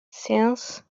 since